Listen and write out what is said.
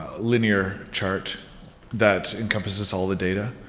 linear chart that encompasses all the data?